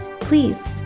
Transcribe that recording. please